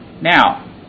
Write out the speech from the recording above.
Now